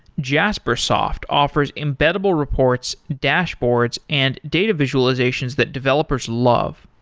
jaspersoft offers embeddable reports, dashboards and data visualizations that developers love.